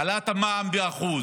העלאת המע"מ ב-1%,